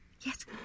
Yes